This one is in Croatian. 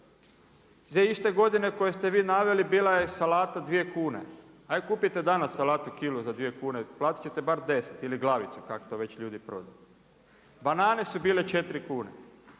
Te iste godine koje ste vi naveli, bila je salata 2 kune, ajde kupite danas salatu kilu za 2 kune, platit ćete bar 10 ili glavicu, kak to već ljudi prodaju. Banane su bile 4 kune.